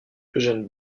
eugène